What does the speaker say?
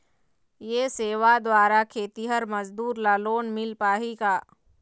ये सेवा द्वारा खेतीहर मजदूर ला लोन मिल पाही का?